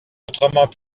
autrement